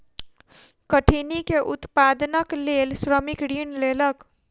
कठिनी के उत्पादनक लेल श्रमिक ऋण लेलक